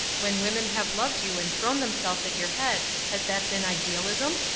when women have loved you and thrown themselves at your head, has that been idealism?